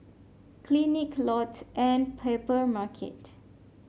Clinique Lotte and Papermarket